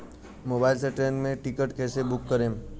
Mobile से train के ticket कैसे बूक करेम?